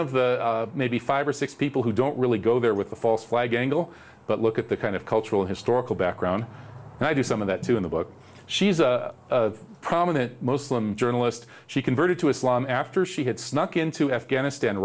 of the maybe five or six people who don't really go there with a false flag angle but look at the kind of cultural historical background and i do some of that too in the book she's a prominent muslim journalist she converted to islam after she had snuck into afghanistan